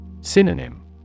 Synonym